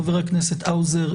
חבר הכנסת האוזר,